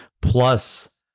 plus